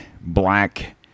black